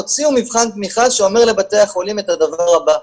הוציאו מבחן תמיכה שאומר לבתי החולים את הדבר הבא,